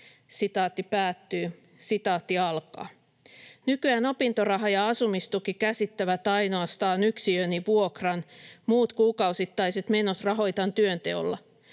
valmistua ajallaan.” ”Nykyään opintoraha ja asumistuki käsittävät ainoastaan yksiöni vuokran, muut kuukausittaiset menot rahoitan työnteolla.